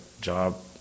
job